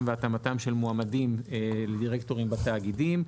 והתאמתם של מועמדים לדירקטורים בתאגידים,